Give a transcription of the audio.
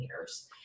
years